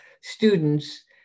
students